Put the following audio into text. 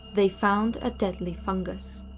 they found a deadly fungus.